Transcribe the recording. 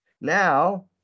Now